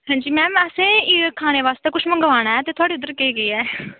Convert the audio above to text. ma'am एह् असें कुछ खानै बास्तै कुछ मंगवाना ऐ ते इद्धर केह् केह् ऐ